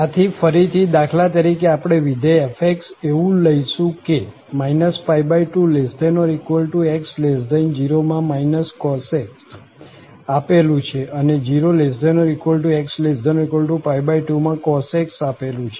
આથી ફરી થી દાખલા તરીકે આપણે વિધેય f એવું લઈશું જે 2≤x0 માં cos x આપેલું છે અને 0≤x≤2 માં cos x આપેલું છે